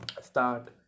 start